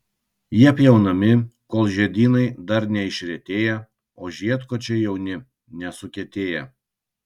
jie pjaunami kol žiedynai dar neišretėję o žiedkočiai jauni nesukietėję